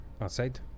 outside